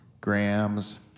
Grams